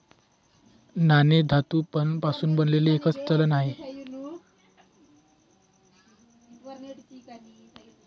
नाणे धातू पासून बनलेले एक चलन आहे